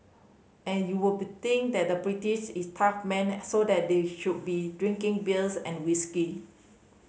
and you would be think that the British is tough men and so that they should be drinking beers and whisky